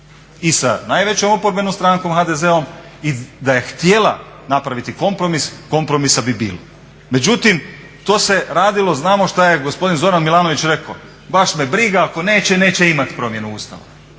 i sa najvećom oporbenom strankom HDZ-om i da je htjela napraviti kompromis, kompromisa bi bilo. Međutim, to se radilo, znamo šta je gospodin Zoran Milanović rekao, baš me briga ako neće, neće imati promjene Ustava.